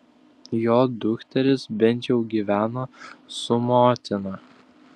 jo dukterys bent jau gyveno su motina